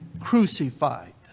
crucified